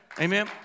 Amen